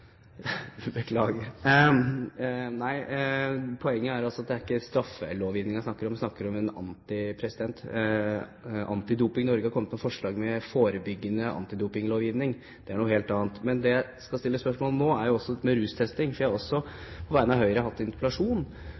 Beklager! Poenget er at det ikke er straffelovgivningen jeg snakker om. Antidoping Norge har kommet med forslag til forebyggende antidopinglovgivning. Det er noe helt annet. Men det jeg skal stille spørsmål om nå, er dette med rustesting. Jeg hadde for et par år siden på vegne av Høyre en interpellasjon